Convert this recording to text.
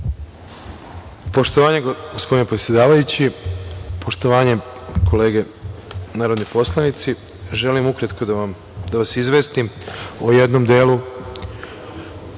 Poštovanje gospodine predsedavajući, poštovanje kolege narodni poslanici. Želim ukratko da vas izvestim o jednom delu